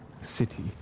city